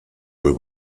were